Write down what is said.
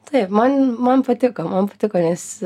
taip man man patiko man patiko nes